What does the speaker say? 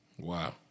Wow